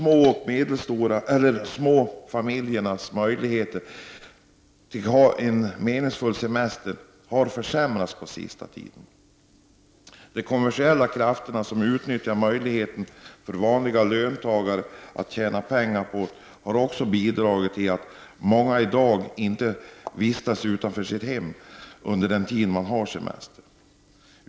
Låglönefamiljers möjligheter till en meningsfull semester har på senare tid försämrats. De kommersiella krafterna, som utnyttjar möjligheterna för vanliga löntagare att tjäna pengar, har också bidragit till att många i dag inte vistas utanför sitt hem under den tid de har semester.